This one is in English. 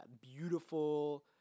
beautiful